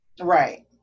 Right